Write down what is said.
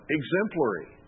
exemplary